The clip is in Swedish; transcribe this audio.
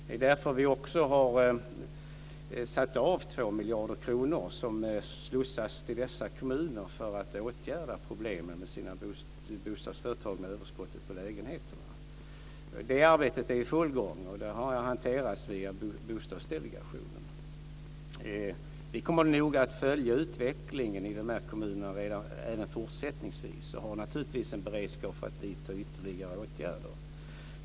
Det är därför vi har satt av 2 miljarder kronor, som slussas till dessa kommuner för att åtgärda problemen med sina bostadsföretag med överskottet på lägenheter. Det arbetet är i full gång, och det har hanterats via Bostadsdelegationen. Vi kommer att noga följa utvecklingen i dessa kommuner även fortsättningsvis och har naturligtvis en beredskap för att vidta ytterligare åtgärder.